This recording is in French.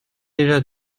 déjà